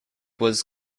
was